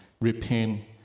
repent